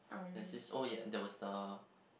there's this oh ya there was the